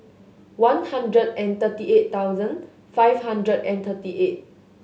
one hundred and thirty eight thousand five hundred and thirty eight